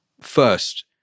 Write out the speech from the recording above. first